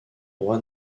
juan